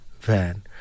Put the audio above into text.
van